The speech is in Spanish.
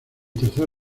tercer